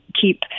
keep